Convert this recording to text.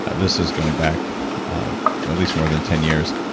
this is going back at least more than ten years.